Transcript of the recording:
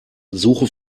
suche